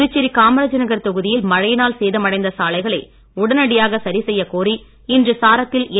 புதுச்சேரி காமராஜ் நகர் தொகுதியில் மழையினால் சேதம் அடைந்த சாலைகளை உடனடியாக சரி செய்யக் கோரி இன்று சாரத்தில் என்